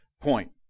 point